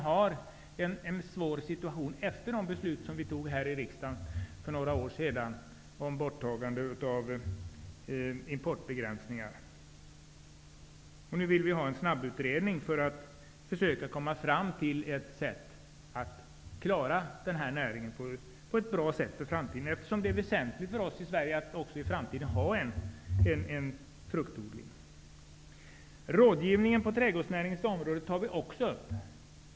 Efter det att riksdagen fattade beslut för några år sedan om borttagandet av importbegränsningar har det uppstått problem inom fruktodlingen. Utskottet vill nu att det skall tillsättas en snabbutredning som skall komma fram till förslag på hur näringen skall fungera i framtiden. Det är väsentligt för Sverige att även i framtiden ha en fungerande fruktodling. Frågan om rådgivning till trädgårdsnäringen tas också upp i betänkandet.